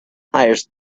hires